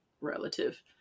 relative